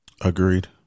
Agreed